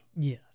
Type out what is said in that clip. Yes